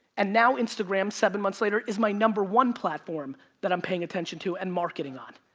and now instagram, seven months later is my number one platform that i'm paying attention to and marketing on.